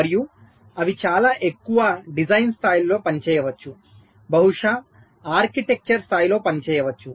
మరియు అవి చాలా ఎక్కువ డిజైన్ స్థాయిలలో పని చేయవచ్చు బహుశా ఆర్కిటెక్చర్ స్థాయిలో పని చేయవచ్చు